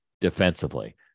defensively